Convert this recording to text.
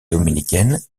dominicaine